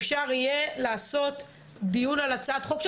אפשר יהיה לעשות דיון על הצעת חוק,